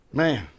man